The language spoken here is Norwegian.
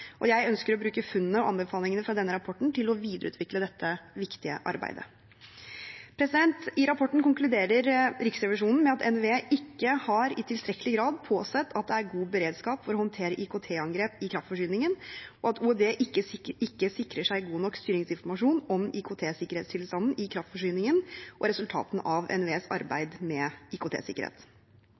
og jeg ønsker å bruke funnene og anbefalingene fra denne rapporten til å videreutvikle dette viktige arbeidet. I rapporten konkluderer Riksrevisjonen med at NVE ikke i tilstrekkelig grad har påsett at det er god beredskap for å håndtere IKT-angrep i kraftforsyningen, og at Olje- og energidepartementet ikke sikrer seg god nok styringsinformasjon om IKT-sikkerhetstilstanden i kraftforsyningen og resultatene av NVEs arbeid med